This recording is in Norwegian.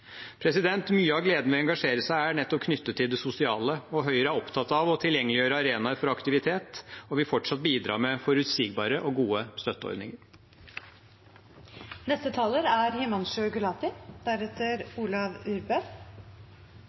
Mye av gleden ved å engasjere seg er nettopp knyttet til det sosiale, og Høyre er opptatt av å tilgjengeliggjøre arenaer for aktivitet og vil fortsatt bidra med forutsigbare og gode